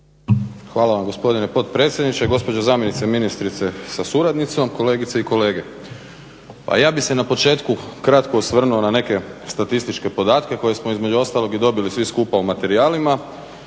Hvala vam gospodine potpredsjedniče, gospođo zamjenice ministrice sa suradnicom, kolegice i kolege. Pa ja bih se na početku kratko osvrnuo na neke statističke podatke koje smo između ostalog i dobili svi skupa u materijalima,